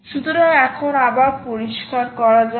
সুতরাং এখন আবার পরিষ্কার করা যাক